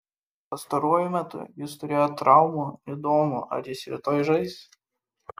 pastaruoju metu jis turėjo traumų įdomu ar jis rytoj žais